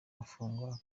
afungwa